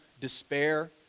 despair